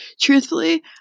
Truthfully